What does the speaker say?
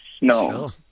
no